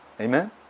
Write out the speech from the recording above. Amen